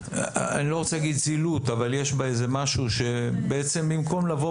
אני לא רוצה להגיד זילות אבל יש בה איזה משהו שבעצם במקום לבוא